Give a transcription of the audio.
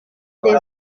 des